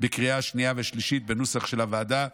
בקריאה השנייה והשלישית כנוסח הוועדה.